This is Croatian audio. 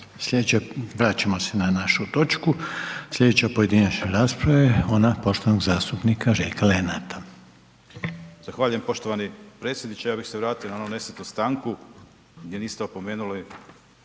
Slijedeća pojedinačna rasprava biti će poštovanog zastupnika Ivana Pernara.